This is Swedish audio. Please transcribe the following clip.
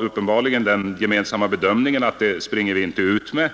Uppenbarligen har vi den gemensamma bedömningen att detta är saker som vi inte skall lämna ut.